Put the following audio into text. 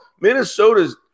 Minnesota's